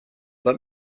let